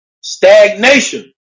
stagnation